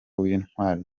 w’intwari